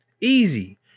Easy